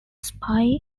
spy